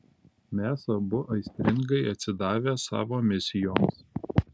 mes abu aistringai atsidavę savo misijoms